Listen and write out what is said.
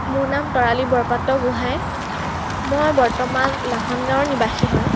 মোৰ নাম তৰালি বৰপাত্ৰ গোহাঁই মই বৰ্তমান লাহন গাঁৱৰ নিৱাসী হয়